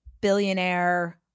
billionaire